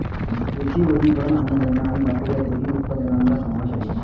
कृषी वनीकरण अन्नधान्य आणि लाकूड या दोन्ही उत्पादनांचा समावेश आहे